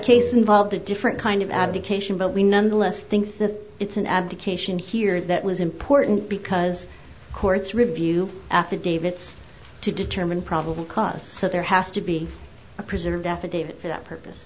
case involved a different kind of abdication but we nonetheless think that it's an abdication here that was important because courts review affidavits to determine probable cause so there has to be a preserved affidavit for that purpose